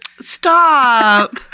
Stop